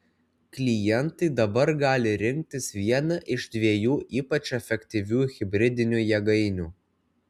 klientai dabar gali rinktis vieną iš dviejų ypač efektyvių hibridinių jėgainių